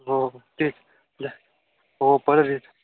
हो हो ठीक हो परत येत